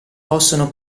possono